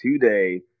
today